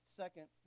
second